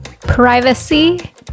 privacy